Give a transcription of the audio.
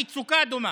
המצוקה דומה.